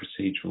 procedural